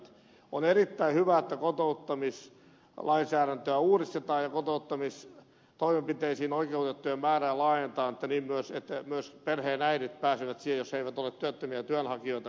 on erittäin hyvä että kotouttamislainsäädäntöä uudistetaan ja kotouttamistoimenpiteisiin oikeutettujen määrää laajennetaan että myös perheenäidit pääsevät niihin mukaan jos he eivät ole työttömiä työnhakijoita